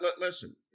listen